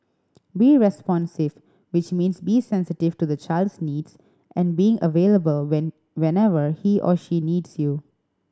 be responsive which means be sensitive to the child's needs and being available when whenever he or she needs you